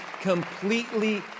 completely